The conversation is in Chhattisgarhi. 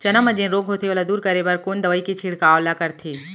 चना म जेन रोग होथे ओला दूर करे बर कोन दवई के छिड़काव ल करथे?